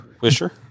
wisher